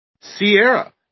Sierra